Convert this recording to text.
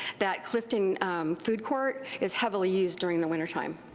that clifton food court is heavily used during the wintertime.